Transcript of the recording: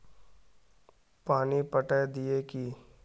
पानी पटाय दिये की?